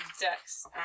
decks